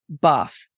buff